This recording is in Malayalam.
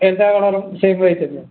എല്ലാ കളറും സെയിം റേറ്റ് അല്ലേ